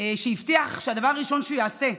שהבטיח שהדבר הראשון שהוא יעשה,